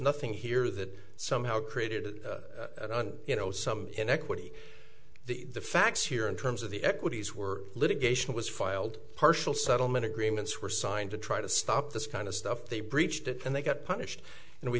nothing here that somehow created you know some inequity the the facts here in terms of the equities were litigation was filed partial settlement agreements were signed to try to stop this kind of stuff they breached it and they got punished and we